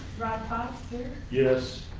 brad foster. yes.